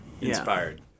Inspired